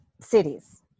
cities